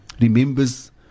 remembers